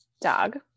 Dog